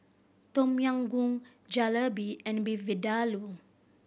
Tom Yam Goong Jalebi and Beef Vindaloo